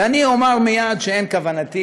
ואני אומר מייד שאין כוונתי